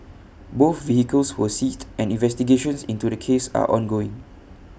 both vehicles were seized and investigations into this case are ongoing